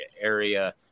area